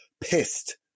pissed